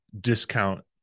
discount